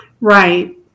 Right